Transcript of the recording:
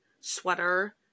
sweater